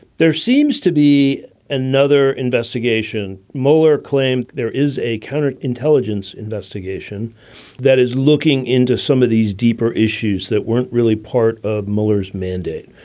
there seems to be another investigation. mueller claimed there is a counterintelligence investigation that is looking into some of these deeper issues that weren't really part of mueller's mandate.